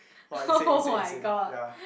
!wah! insane insane insane ya